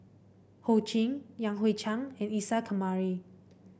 Ho Ching Yan Hui Chang and Isa Kamari